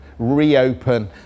reopen